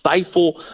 stifle